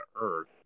Earth